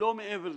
לא מעבר לזה,